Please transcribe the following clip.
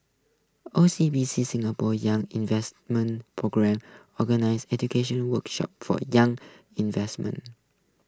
O C B C Singapore's young investor programme organizes educational workshops for young invesment